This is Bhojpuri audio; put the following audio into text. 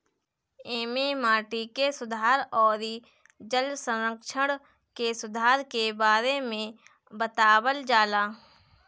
एमे माटी के सुधार अउरी जल संरक्षण के सुधार के बारे में बतावल जाला